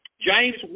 James